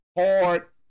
Hard